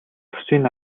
төсвийн